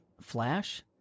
Flash